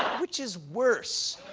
which is worse?